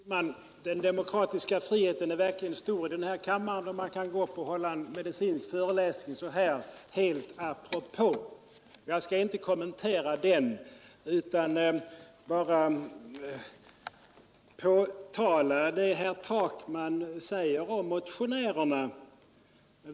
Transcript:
Herr talman! Den demokratiska friheten är verkligen stor i den här kammaren, då man kan gå upp och hålla en medicinsk föreläsning så här helt apropå. Jag skall inte kommentera den utan bara påtala det herr Takman säger om motionärerna.